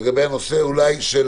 לגבי הנושא של